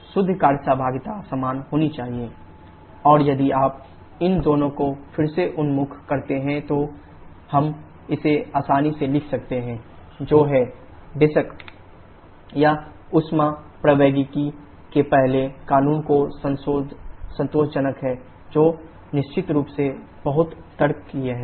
शुद्ध कार्य सहभागिता समान होनी चाहिए Wnet∮δwWT WPh1 h2 h4 h3 और यदि आप इन दोनों को फिर से उन्मुख करते हैं तो हम इसे आसानी से लिख सकते हैं ℎ1 − ℎ4 − ℎ2 − ℎ3 जो है ∮δq बेशक यह थर्रमोडीनॅमिक्स के पहले कानून को संतोषजनक है जो निश्चित रूप से बहुत तार्किक है